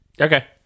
Okay